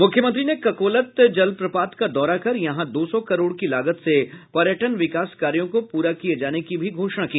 मुख्यमंत्री ने ककोलत जलप्रपात का दौरा कर यहां दो सौ करोड की लागत से पर्यटन विकास कार्यों को पूरा किए जाने की भी घोषणा की